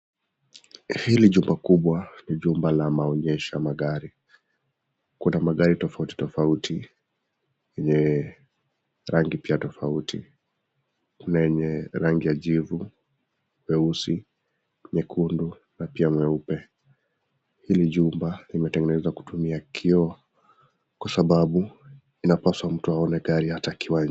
Hili jumba kubwa ni jumba la maonyesho ya magari kuna magari tofauti tofauti yenye rangi pia tofauti, kuna yenye rangi ya jivu, nyeusi, nyekundu na pia nyeupe. Hili jumba limetengenezwa kutumia kioo kwa sababu inapaswa mtu aone gari hata akiwa nje.